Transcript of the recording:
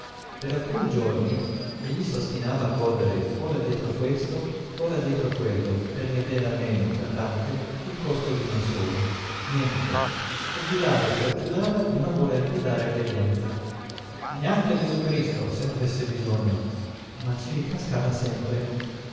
per alcuni giorni egli s'ostinava a correre ora dietro a questo ora dietro a quello per riavere almeno tra tante il costo di una sola niente e giurava e spergiurava di non voler piú dare a credenza neanche a gesù cristo se n'avesse bisogno ma ci ricascava sempre